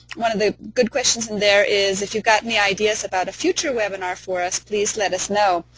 one of the good questions in there is if you've got any ideas about a future webinar for us, please let us know.